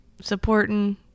Supporting